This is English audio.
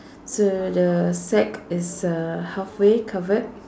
so the sack is uh halfway covered